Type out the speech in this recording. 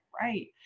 right